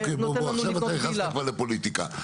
אוקיי, עכשיו נכנסת כבר לפוליטיקה.